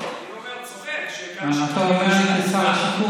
אתה צריך תרשום את זה בטאבו שאתה כבר לא שר.